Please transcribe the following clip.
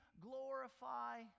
glorify